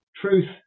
truth